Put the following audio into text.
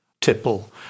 tipple